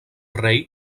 rei